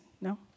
No